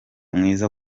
mwiza